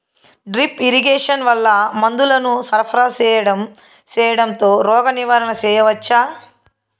Drip irrigation వల్ల మందులను సరఫరా సేయడం తో రోగ నివారణ చేయవచ్చా?